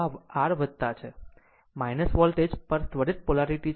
આ r છે આ વોલ્ટેજ પર ત્વરિત પોલારીટી છે